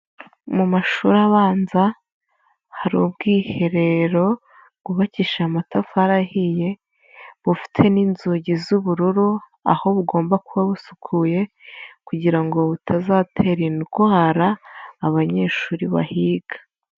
Mu mashuri abanza hari ubwiherero, bwubakisha amatafari ahiye, bufite n'inzugi z'ubururu aho bugomba kuba busukuye, kugira ngo butazatera indwara abanyeshuri bahiga.